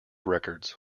records